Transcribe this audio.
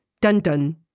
Dun-dun